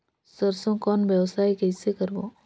सरसो कौन व्यवसाय कइसे करबो?